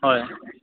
হয়